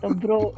bro